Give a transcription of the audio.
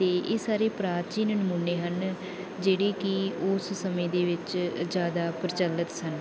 ਅਤੇ ਇਹ ਸਾਰੇ ਪ੍ਰਾਚੀਨ ਨਮੂਨੇ ਹਨ ਜਿਹੜੇ ਕਿ ਉਸ ਸਮੇਂ ਦੇ ਵਿੱਚ ਜ਼ਿਆਦਾ ਪ੍ਰਚਲਿਤ ਸਨ